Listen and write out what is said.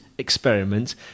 Experiment